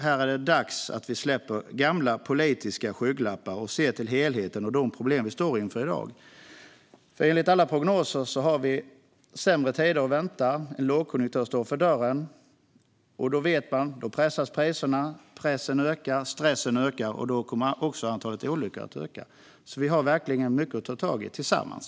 Här är det dags att vi släpper gamla politiska skygglappar och ser till helheten och de problem vi står inför i dag. Enligt alla prognoser har vi sämre tider att vänta. En lågkonjunktur står för dörren. Då vet vi att priserna pressas och att pressen och stressen ökar, och då kommer också antalet olyckor att öka. Vi har verkligen mycket att ta tag i tillsammans.